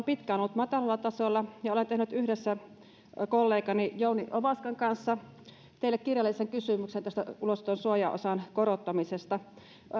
pitkään ollut matalalla tasolla ja olen tehnyt yhdessä kollegani jouni ovaskan kanssa teille kirjallisen kysymyksen tästä ulosoton suojaosan korottamisesta